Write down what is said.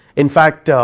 in fact,